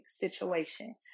situation